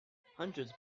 hundreds